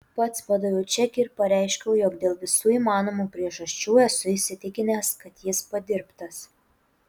pats padaviau čekį ir pareiškiau jog dėl visų įmanomų priežasčių esu įsitikinęs kad jis padirbtas